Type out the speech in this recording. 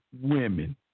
Women